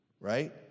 Right